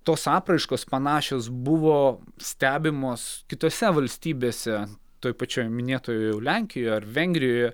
tos apraiškos panašios buvo stebimos kitose valstybėse toj pačioj minėtoj lenkijoj ar vengrijoje